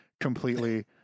completely